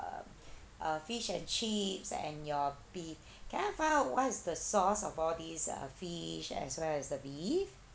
uh fish and chips and your beef can I find out what's the sauce of all these uh fish as well the beef